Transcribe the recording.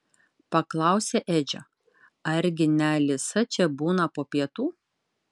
paklausė edžio argi ne alisa čia būna po pietų